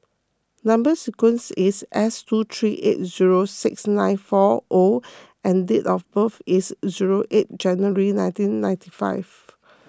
Number Sequence is S two three eight zero six nine four O and date of birth is zero eight January nineteen ninety five